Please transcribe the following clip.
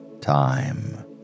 time